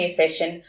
session